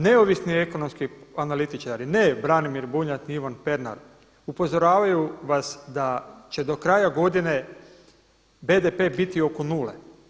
Neovisni ekonomski analitičari, ne Branimir Bunjac, ni Ivan Pernar upozoravaju vas da će do kraja godine BDP biti oko nule.